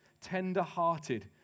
tender-hearted